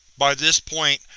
by this point,